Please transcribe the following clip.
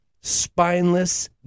spineless